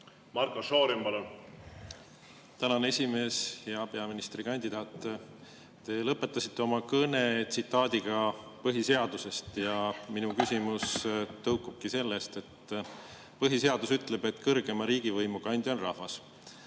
Marko Šorin, palun! Tänan, esimees! Hea peaministrikandidaat! Te lõpetasite oma kõne tsitaadiga põhiseadusest ja mu küsimus tõukubki sellest. Põhiseadus ütleb, et kõrgeima riigivõimu kandja on rahvas,